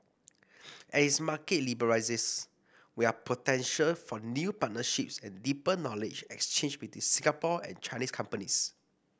as its market liberalises we are potential for new partnerships and deeper knowledge exchange between Singapore and Chinese companies